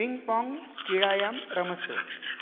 ping pong क्रीडायां रमस्व